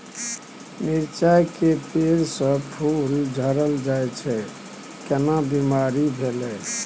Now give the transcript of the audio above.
मिर्चाय के पेड़ स फूल झरल जाय छै केना बीमारी भेलई?